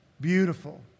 beautiful